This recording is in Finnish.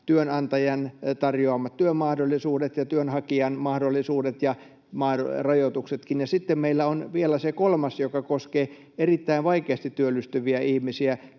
työnantajan tarjoamat työmahdollisuudet ja työnhakijan mahdollisuudet ja rajoituksetkin. Sitten meillä on vielä se kolmas, joka koskee erittäin vaikeasti työllistyviä ihmisiä,